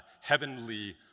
heavenly